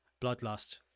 bloodlust